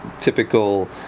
typical